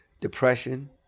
depression